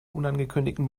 unangekündigten